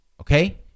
Okay